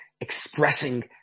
expressing